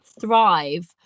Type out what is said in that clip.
thrive